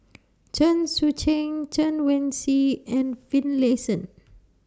Chen Sucheng Chen Wen Hsi and Finlayson